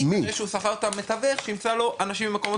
כי ככל הנראה הוא גם שכר מתווך שימצא לו אנשים ממקורות אחרים.